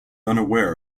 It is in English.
unaware